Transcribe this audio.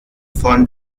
von